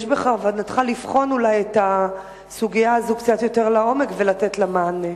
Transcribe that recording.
האם יש בכוונתך לבחון אולי את הסוגיה הזאת קצת יותר לעומק ולתת לה מענה?